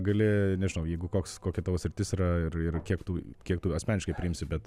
gali nežinau jeigu koks kokia tavo sritis yra ir ir kiek tu kiek tu asmeniškai priimsi bet